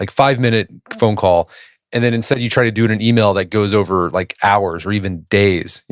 like five-minute phone call and then instead you try to do it an email that goes over like hours or even days.